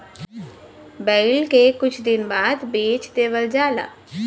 बैल के कुछ दिन बाद बेच देवल जाला